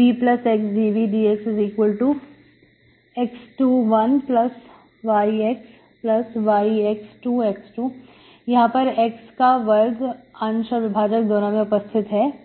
Vx dVdxx21yxyx2x2 यहां परx का वर्ग अंश और विभाजक दोनों में उपस्थित है